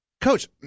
Coach